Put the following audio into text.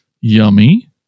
Yummy